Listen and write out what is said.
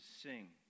sing